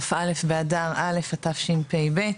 כ"א באדר א' התשפ"ב,